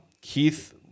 keith